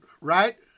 right